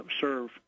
serve